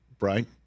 right